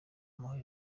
amahoro